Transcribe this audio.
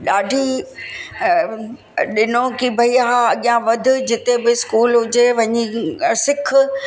ॾाढी ॾिनो कि भई हा अॻियां वधि जिते बि स्कूल हुजे वञी सिख